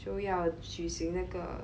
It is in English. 就要举行那个